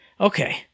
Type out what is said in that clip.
Okay